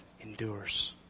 endures